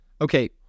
Okay